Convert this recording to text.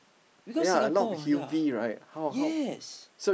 because Singapore ah ya yes